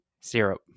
Syrup